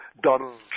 Donald